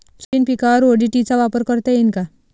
Soybean पिकावर ODT चा वापर करता येईन का?